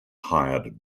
hired